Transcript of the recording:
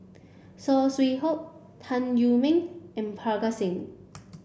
Saw Swee Hock Tan Meng and Parga Singh